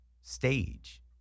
stage